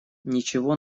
ничего